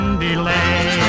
delay